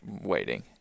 waiting